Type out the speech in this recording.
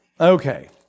Okay